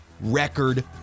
record